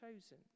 chosen